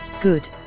good